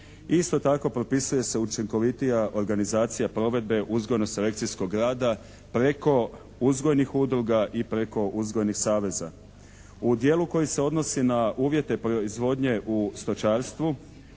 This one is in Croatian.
Isto tako propisuje se učinkovitija organizacija provedbe uzgojno-selekcijskog rada preko uzgojnih udruga i preko uzgojnih saveza. U dijelu koji se odnosi na uvjete proizvodnje u stočarstvu